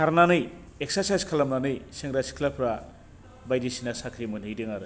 खारनानै एक्स्राचाइच खालामनानै सेंग्रा सिख्लाफ्रा बायदिसिना साख्रि मोनहैदों आरो